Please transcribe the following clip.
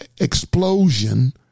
explosion